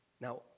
now